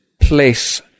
place